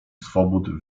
swobód